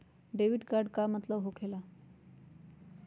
Debit card के का मतलब होकेला?